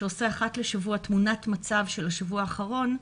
שעושה אחת לשבוע תמונת מצב של השבוע האחרון,